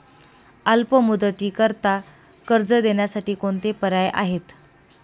अल्प मुदतीकरीता कर्ज देण्यासाठी कोणते पर्याय आहेत?